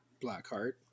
Blackheart